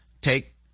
take